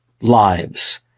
lives